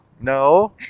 No